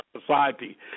society